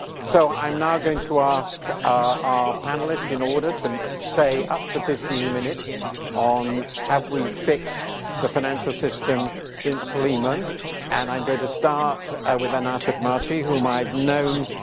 so i'm now going to ask our panelists in order to say up to fifteen minutes on have we fixed the financial system since lehman and i'm going to start with anatad marty whom i've known